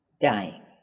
dying